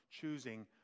choosing